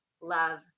love